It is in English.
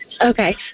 Okay